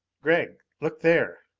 gregg, look there!